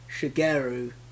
Shigeru